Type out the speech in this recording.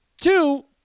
Two